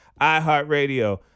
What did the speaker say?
iHeartRadio